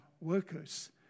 workers